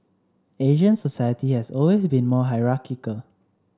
Asian society has always been more hierarchical